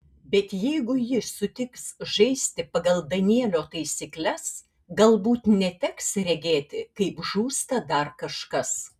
bet jeigu ji sutiks žaisti pagal danielio taisykles galbūt neteks regėti kaip žūsta dar kažkas